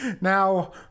Now